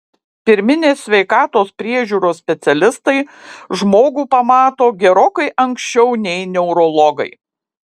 pirminės sveikatos priežiūros specialistai žmogų pamato gerokai anksčiau nei neurologai